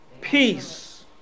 peace